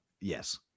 Yes